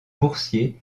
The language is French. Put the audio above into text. boursiers